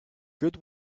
good